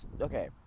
okay